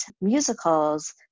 musicals